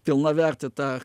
pilnavertį tą